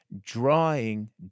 drawing